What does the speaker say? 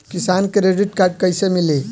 किसान credit card कइसे मिली?